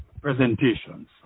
presentations